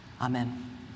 Amen